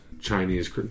Chinese